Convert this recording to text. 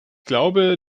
glaube